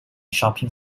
shopping